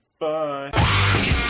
Bye